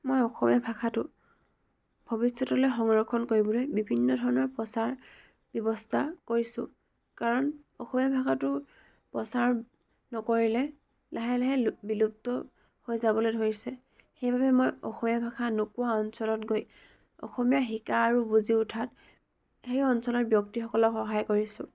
মই অসমীয়া ভাষাটো ভৱিষ্যতলে সংৰক্ষণ কৰিবলৈ বিভিন্ন ধৰণৰ প্ৰচাৰ ব্যৱস্থা কৰিছোঁ কাৰণ অসমীয়া ভাষাটো প্ৰচাৰ নকৰিলে লাহে লাহে লুপ বিলুপ্ত হৈ যাবলৈ ধৰিছে সেইবাবে মই অসমীয়া ভাষা নোকোৱা অঞ্চলত গৈ অসমীয়া শিকা আৰু বুজি উঠা সেই অঞ্চলৰ ব্যক্তিসকলক সহায় কৰিছোঁ